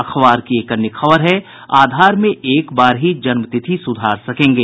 अखबार की एक अन्य खबर है आधार में एक बार ही जन्म तिथि सुधार सकेंगे